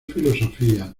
filosofía